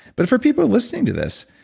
but for people listening to this,